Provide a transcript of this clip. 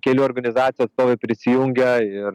kelių organizacijų atstovai prisijungę ir